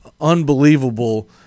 unbelievable